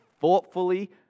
thoughtfully